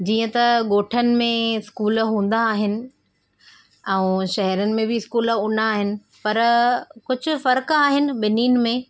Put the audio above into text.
जीअं त ॻोठनि में स्कूल हूंदा आहिनि ऐं शहरनि में बि स्कूल हूंदा आहिनि पर कुझु फ़र्क़ु आहिनि ॿिन्हिनि में